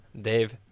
Dave